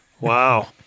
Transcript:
Wow